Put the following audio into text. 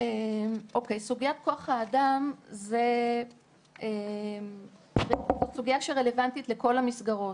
סוגיית כוח האדם היא סוגיה שרלוונטית לכל המסגרות,